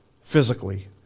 physically